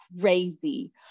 crazy